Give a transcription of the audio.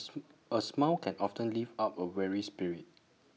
A smile can often lift up A weary spirit